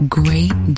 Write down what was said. great